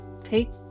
take